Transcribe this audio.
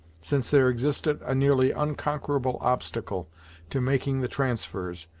since there existed a nearly unconquerable obstacle to making the transfers,